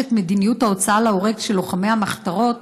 את מדיניות ההוצאה להורג של לוחמי המחתרות,